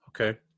okay